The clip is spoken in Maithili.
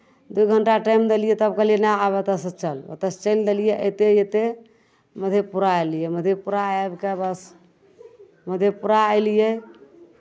दू घण्टा टाइम देलियै तब कहलियै नहि आब ओतयसँ चल ओतयसँ चलि देलियै अबिते अबिते मधेपुरा एलियै मधेपुरा आबि कऽ बस मधेपुरा अयलियै